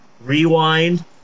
rewind